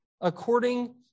according